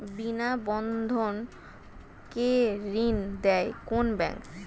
বিনা বন্ধক কে ঋণ দেয় কোন ব্যাংক?